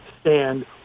stand